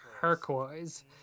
turquoise